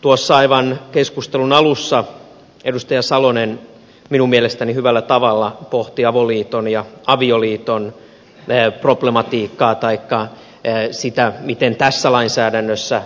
tuossa aivan keskustelun alussa edustaja salonen minun mielestäni hyvällä tavalla pohti avoliiton ja avioliiton problematiikkaa taikka sitä miten tässä lainsäädännössä